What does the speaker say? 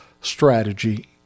strategy